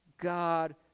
God